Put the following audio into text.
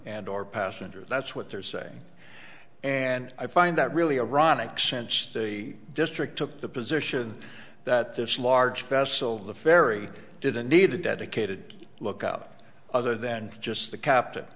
and or passengers that's what they're saying and i find that really ironic since a district took the position that this large vessel the ferry didn't need a dedicated lookout other than just the captain